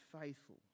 faithful